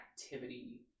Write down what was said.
activity